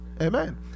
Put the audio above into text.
Amen